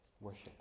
worship